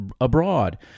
abroad